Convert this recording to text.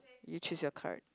you choose your card